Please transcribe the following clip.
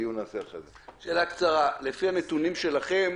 שאלה קצרה, לפי הנתונים שלכם,